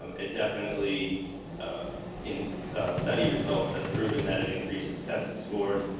um it definitely in study results has proven that it increases test scores.